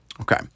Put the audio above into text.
Okay